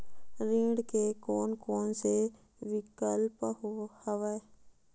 ऋण के कोन कोन से विकल्प हवय?